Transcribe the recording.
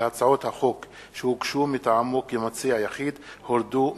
והצעות שהוגשו מטעמו כמציע יחיד הורדו מסדר-היום.